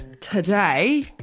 Today